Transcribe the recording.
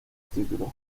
títulos